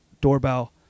doorbell